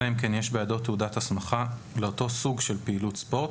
אלא אם כן יש בידו תעודת הסמכה לאותו סוג של פעילות ספורט